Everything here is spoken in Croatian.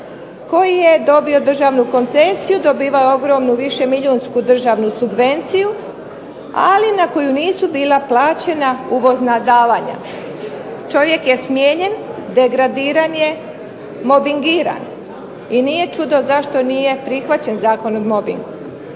koji je dobio državnu koncesiju, dobivao ogromnu višmiljunsku državnu subvenciju, ali na koju nisu bila plaćena uvozna davanja. Čovjek je smijenjen, degradiran je, mobingiran, i nije čudo zašto nije prihvaćen Zakon o mobingu.